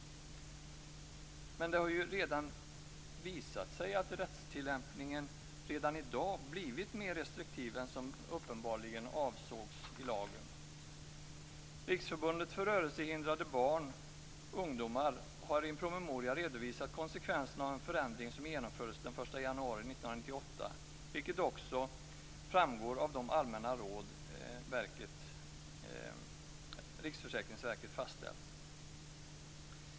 Det har ju redan visat sig att rättstillämpningen i dag blivit mer restriktiv än vad som uppenbarligen avsågs i lagen. Riksförbundet för rörelsehindrade barn och ungdomar har i en promemoria redovisat konsekvenserna av den förändring som genomfördes den 1 januari 1998, vilket framgår av de Allmänna råd Riksförsäkringsverket fastställt.